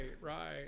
right